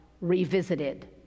revisited